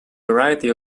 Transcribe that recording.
variety